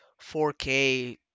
4K